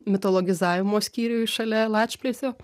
mitologizavimo skyriui šalia lačplėsio